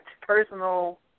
personal